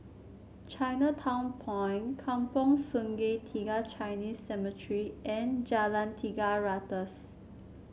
Chinatown Point Kampong Sungai Tiga Chinese Cemetery and Jalan Tiga Ratus